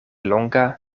longa